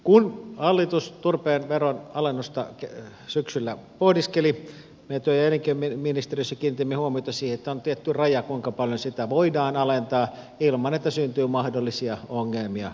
kun hallitus turpeen veron alennusta syksyllä pohdiskeli me työ ja elinkeinoministeriössä kiinnitimme huomiota siihen että on tietty raja kuinka paljon sitä voidaan alentaa ilman että syntyy mahdollisia ongelmia puumarkkinoilla